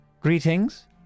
Greetings